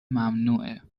ممنوعه